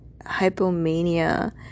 hypomania